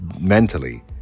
mentally